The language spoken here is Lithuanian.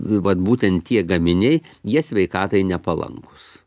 vat būtent tie gaminiai jie sveikatai nepalankūs